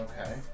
Okay